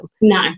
No